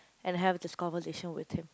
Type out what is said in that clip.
and have this conversation with him